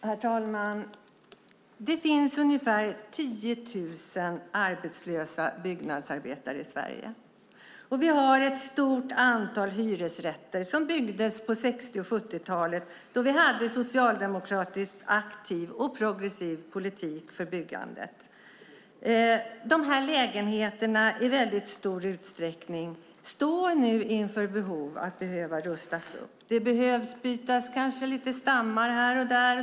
Herr talman! Det finns ungefär 10 000 arbetslösa byggnadsarbetare i Sverige. Vi har ett stort antal hyresrätter som byggdes på 60 och 70-talen, då vi hade en socialdemokratisk aktiv och progressiv politik för byggandet. De här lägenheterna behöver nu i väldigt stor utsträckning rustas upp. Det behöver bytas lite stammar här och där.